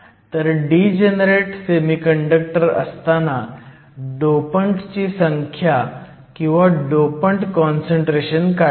तर degenerate semiconductor असताना डोपंटची संख्या किंवा डोपंट काँसंट्रेशन काढणे